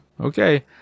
Okay